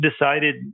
decided